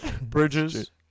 Bridges